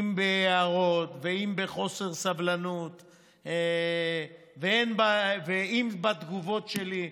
אם בהערות ואם בחוסר סבלנות ואם בתגובות שלי,